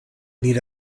need